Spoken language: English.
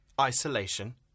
Isolation